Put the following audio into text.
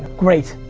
great.